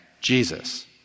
Jesus